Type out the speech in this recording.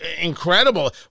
incredible